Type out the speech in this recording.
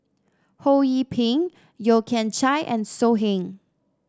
Ho Yee Ping Yeo Kian Chye and So Heng